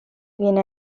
viene